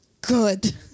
good